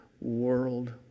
world